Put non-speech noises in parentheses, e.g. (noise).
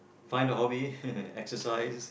find a hobby (laughs) exercise